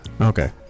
Okay